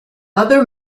other